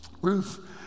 Ruth